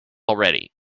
already